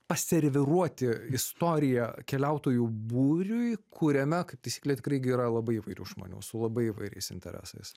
paserviruoti istoriją keliautojų būriui kuriame kaip taisyklė tikrai gi yra labai įvairių žmonių su labai įvairiais interesais